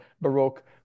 Baroque